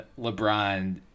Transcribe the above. lebron